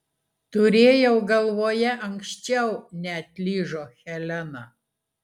turėjau galvoje anksčiau neatlyžo helena